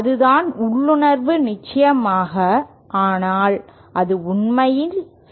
அதுதான் உள்ளுணர்வுநிச்சயமாக ஆனால் அது உண்மையில் சாத்தியமா